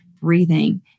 breathing